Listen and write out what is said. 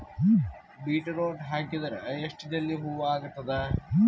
Beetroot ಹಾಕಿದರ ಎಷ್ಟ ಜಲ್ದಿ ಹೂವ ಆಗತದ?